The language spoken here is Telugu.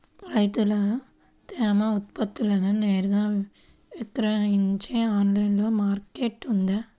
రైతులు తమ ఉత్పత్తులను నేరుగా విక్రయించే ఆన్లైను మార్కెట్ ఉందా?